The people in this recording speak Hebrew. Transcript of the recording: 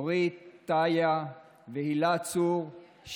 אורית טייה והילה צור,